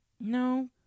No